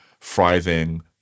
thriving